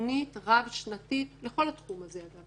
תכנית רב-שנתית בכל התחום הזה אגב,